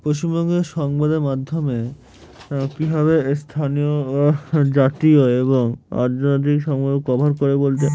পশ্চিমবঙ্গে সংবাদের মাধ্যমে কীভাবে স্থানীয় জাতীয় এবং অর্থ নৈতিক সংবাদ কভার করে বলতে